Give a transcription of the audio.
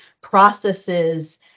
processes